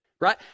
right